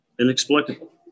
inexplicable